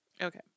Okay